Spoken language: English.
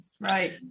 Right